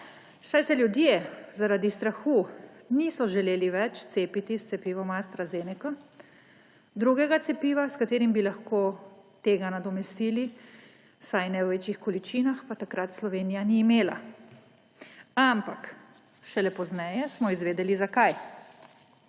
saj se ljudje zaradi strahu niso želeli več cepiti s cepivom AstraZeneca, drugega cepiva, s katerim bi lahko tega nadomestili, vsaj ne v večjih količinah, pa takrat Slovenija ni imela. Ampak šele pozneje smo izvedeli, zakaj.